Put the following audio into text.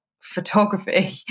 photography